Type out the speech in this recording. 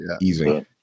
easy